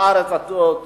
לארץ הזאת,